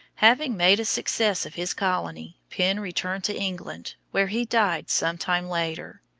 having made a success of his colony, penn returned to england, where he died some time later.